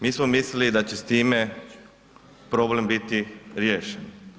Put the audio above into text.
Mi smo mislili da će s time problem biti riješen.